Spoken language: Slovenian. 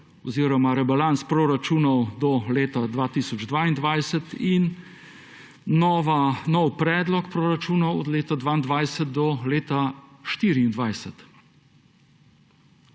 oziroma rebalans proračunov do leta 2022 in nov predlog proračunov od leta 2022 do leta 2024.